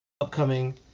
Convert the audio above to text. upcoming